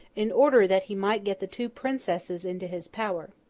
in order that he might get the two princesses into his power.